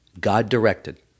god-directed